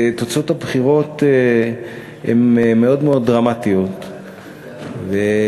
תוצאות הבחירות הן מאוד מאוד דרמטיות ויש